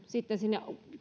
sitten sinne